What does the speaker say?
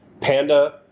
Panda